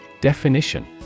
Definition